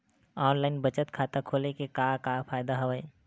online बचत खाता खोले के का का फ़ायदा हवय